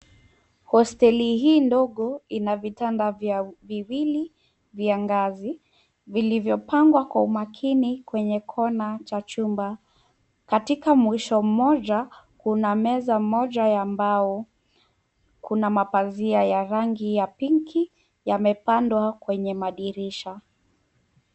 Hosteli hii ndogo ina vitanda viwili vya ngazi, vilivyopangwa kwa umakini kwenye kona cha chumba. Katika upande mmoja, kuna meza ya mbao, na madirishani kuna mapazia ya rangi ya pinki yaliyotengenezwa kwa kitambaa.